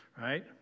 right